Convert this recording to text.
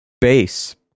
base